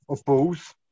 oppose